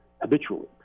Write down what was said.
habitually